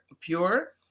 pure